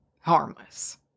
harmless